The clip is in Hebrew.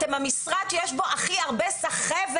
אתם המשרד שיש בו הכי הרבה סחבת.